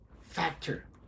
factor